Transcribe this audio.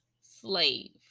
slave